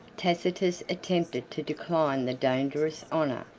tacitus attempted to decline the dangerous honor,